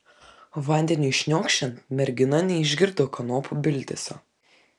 vandeniui šniokščiant mergina neišgirdo kanopų bildesio